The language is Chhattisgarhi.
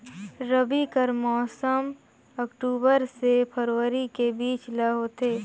रबी कर मौसम अक्टूबर से फरवरी के बीच ल होथे